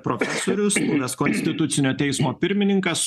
profesorius nes konstitucinio teismo pirmininkas